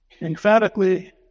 emphatically